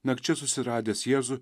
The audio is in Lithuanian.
nakčia susiradęs jėzų